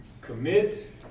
Commit